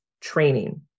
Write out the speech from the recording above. training